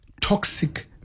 toxic